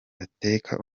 bakeka